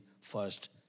first